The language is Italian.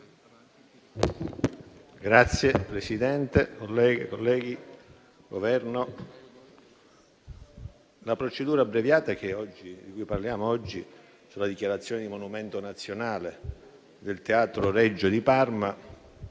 colleghe e colleghi, Governo, la procedura abbreviata di cui parliamo oggi, sulla dichiarazione di monumento nazionale del Teatro Regio di Parma,